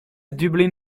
dublin